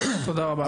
תודה רבה.